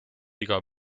iga